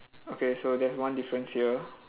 okay so there's one difference here